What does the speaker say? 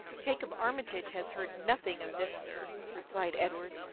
jacob armitage has heard nothing of this, sir, replied edward.